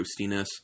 roastiness